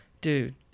Dude